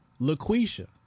LaQuisha